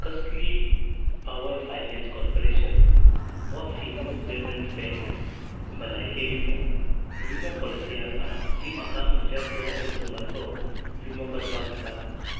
कसली Power Finance Corporation वा Fino Payments Bank भलायकी विमो विमो पॉलिसी आसा जी म्हाका म्हज्या पुराय कुटुंबाचो विमो करपाक दिता